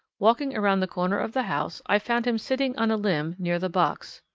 walking around the corner of the house, i found him sitting on a limb near the box.